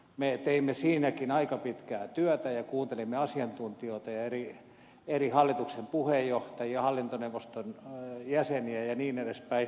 me teimme siinäkin aika pitkään työtä ja kuuntelimme asiantuntijoita ja eri hallitusten puheenjohtajia hallintoneuvostojen jäseniä ja niin edelleen